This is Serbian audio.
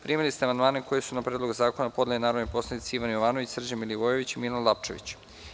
Primili ste amandmane koje su na Predlog zakona podneli narodni poslanici: Ivan Jovanović, Srđan Milivojević i Milan Lapčević.